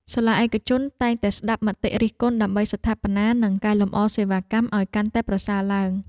សាលាឯកជនតែងតែស្តាប់មតិរិះគន់ដើម្បីស្ថាបនានិងកែលម្អសេវាកម្មឱ្យកាន់តែប្រសើរឡើង។